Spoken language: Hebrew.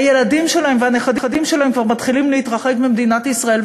הילדים שלהם והנכדים שלהם כבר מתחילים להתרחק ממדינת ישראל,